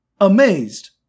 amazed